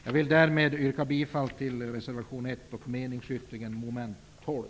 Jag vill därmed yrka bifall till reservation 1 och meningsyttringen vad gäller mom. 12.